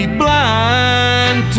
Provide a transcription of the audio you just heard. blind